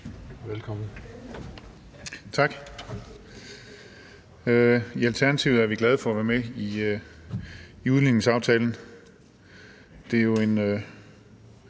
Gejl (ALT): Tak. I Alternativet er vi glade for at være med i udligningsaftalen. Det er jo en